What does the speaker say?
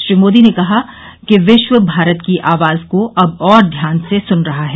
श्री मोदी ने कहा कि विश्व भारत की आवाज को अब और ध्यान से सुन रहा है